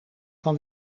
van